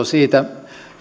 siitä